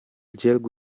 gergo